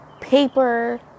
paper